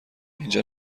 اینجا